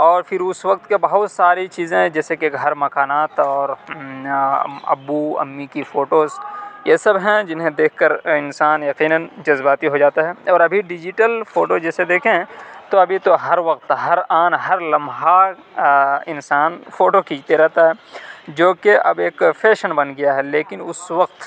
اور پھر اس وقت کے بہت ساری چیزیں جیسے کہ گھر مکانات اور ابو امی کی فوٹوز یہ سب ہیں جنہیں دیکھ کر انسان یقیناً جذباتی ہو جاتا ہے اور ابھی ڈیجیٹل فوٹو جیسے دیکھیں تو ابھی تو ہر وقت ہر آن ہر لمحہ انسان فوٹو کھینچتا رہتا ہے جو کہ اب ایک فیشن بن گیا ہے لیکن اس وقت